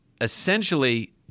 essentially